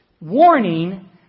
Warning